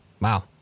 Wow